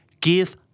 give